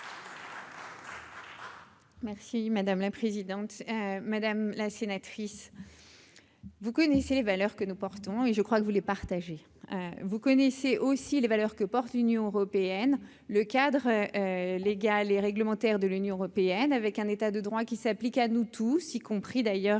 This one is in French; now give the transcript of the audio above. Merci madame la présidente, madame la sénatrice, vous connaissez les valeurs que nous portons et je crois que vous les partagez vous connaissez aussi les valeurs que porte l'Union européenne, le cadre légal et réglementaire de l'Union européenne avec un état de droit qui s'applique à nous tous, y compris d'ailleurs